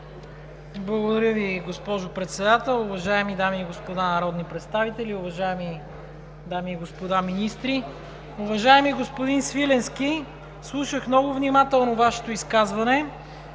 Благодаря, госпожо Председател. Уважаеми дами и господа народни представители, уважаеми дами и господа министри! Уважаеми господин Свиленски, слушах много внимателно Вашето изказване,